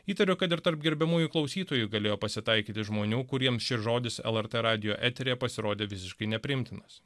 įtariu kad ir tarp gerbiamųjų klausytojų galėjo pasitaikyti žmonių kuriems šis žodis lrt radijo eteryje pasirodė visiškai nepriimtinas